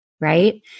right